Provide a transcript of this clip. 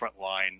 frontline